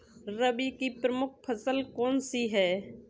रबी की प्रमुख फसल कौन सी है?